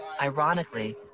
Ironically